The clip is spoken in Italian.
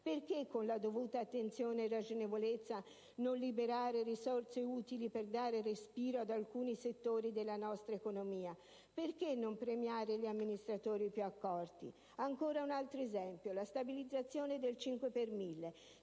Perché, con la dovuta attenzione e ragionevolezza, non liberare risorse utili per dar respiro ad alcuni settori della nostra economia? Perché non premiare gli amministratori più accorti? Ancora un altro esempio: la stabilizzazione del 5 per mille.